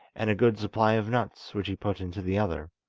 and a good supply of nuts which he put into the other.